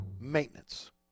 Maintenance